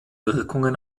wirkungen